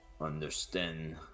understand